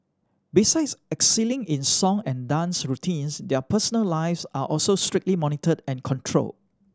besides excelling in song and dance routines their personal lives are also strictly monitored and controlled